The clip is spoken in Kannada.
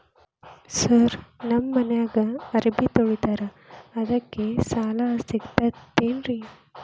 ಸರ್ ನಮ್ಮ ಮನ್ಯಾಗ ಅರಬಿ ತೊಳಿತಾರ ಅದಕ್ಕೆ ಸಾಲ ಸಿಗತೈತ ರಿ?